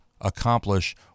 accomplish